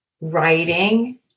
writing